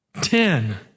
Ten